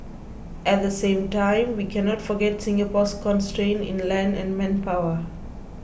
at the same time we cannot forget Singapore's constraints in land and manpower